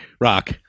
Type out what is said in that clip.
Rock